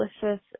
delicious